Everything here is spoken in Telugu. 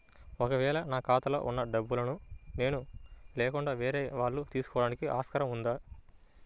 ఒక వేళ నా ఖాతాలో వున్న డబ్బులను నేను లేకుండా వేరే వాళ్ళు తీసుకోవడానికి ఆస్కారం ఉందా?